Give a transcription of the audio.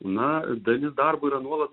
na dalis darbo yra nuolat